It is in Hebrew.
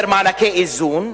השלטון המרכזי אומר מענקי איזון,